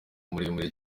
muremure